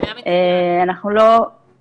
הוא היה מצוין, אגב,